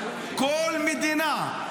כל מדינה,